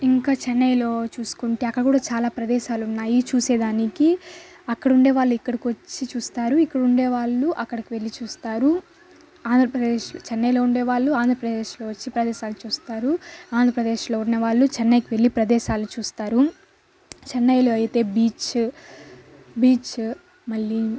ఇంకా చెన్నైలో చూసుకుంటే అక్కడ కూడా చాలా ప్రదేశాలు ఉన్నాయి చూసేదానికి అక్కడుండే వాళ్ళు ఇక్కడికి వచ్చి చూస్తారు ఇక్కడుండే వాళ్ళు అక్కడకు వెళ్లి చూస్తారు ఆంధ్రప్రదేశ్ చెన్నైలో ఉండేవాళ్ళు ఆంధ్రప్రదేశ్లో వచ్చి ప్రదేశాలు చూస్తారు ఆంధ్రప్రదేశ్లో ఉన్నవాళ్లు చెన్నైకి వెళ్లి ప్రదేశాలు చూస్తారు చెన్నైలో అయితే బీచ్ బీచ్ మళ్ళీ